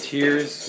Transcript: Tears